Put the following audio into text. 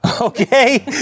okay